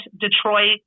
Detroit